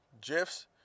gifs